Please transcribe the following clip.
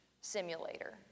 simulator